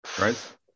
Right